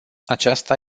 aceasta